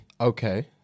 Okay